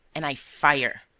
and i fire.